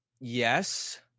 Yes